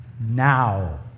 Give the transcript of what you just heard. now